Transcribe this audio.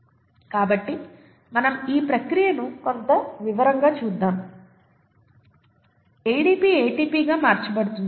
కాబట్టి మనం ఈ ప్రక్రియను కొంత వివరంగా చూద్దాం ADP ATP గా మార్చబడుతుంది